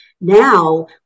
now